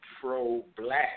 pro-black